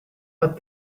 let